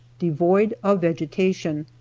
devoid of vegetation,